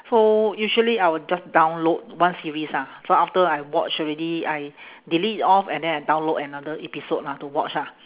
so usually I will just download one series ah so after I watch already I delete it off and then I download another episode lah to watch ah